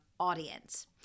audience